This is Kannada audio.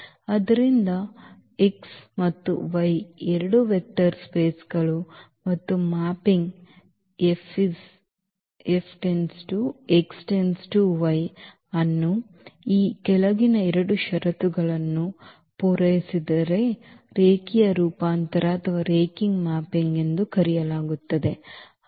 ಆದ್ದರಿಂದ X ಮತ್ತು Y ಎರಡು ವೆಕ್ಟರ್ ಸ್ಪೇಸ್ಗಳು ಮತ್ತು ಮ್ಯಾಪಿಂಗ್ F X → Y ಅನ್ನು ಈ ಕೆಳಗಿನ ಎರಡು ಷರತ್ತುಗಳನ್ನು ಪೂರೈಸಿದರೆ ರೇಖೀಯ ರೂಪಾಂತರ ಅಥವಾ ರೇಖೀಯ ಮ್ಯಾಪಿಂಗ್ ಎಂದು ಕರೆಯಲಾಗುತ್ತದೆ